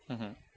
mmhmm